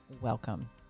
welcome